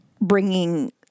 bringing